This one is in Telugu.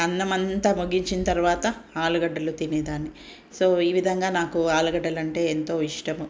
అన్నం అంతా ముగించిన తర్వాత ఆలుగడ్డలు తినేదాన్ని సో ఈ విధంగా నాకు ఆలుగడ్డలంటే ఎంతో ఇష్టము